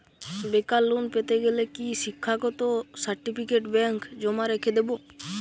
বেকার লোন পেতে গেলে কি শিক্ষাগত সার্টিফিকেট ব্যাঙ্ক জমা রেখে দেবে?